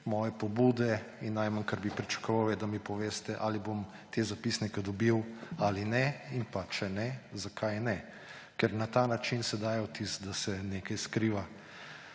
moje pobude in najmanj, kar bi pričakoval, je, da mi poveste, ali bom te zapisnike dobil ali ne. In če ne, zakaj ne. Ker na ta način se daje vtis, da se nekaj skriva.